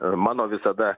e mano visada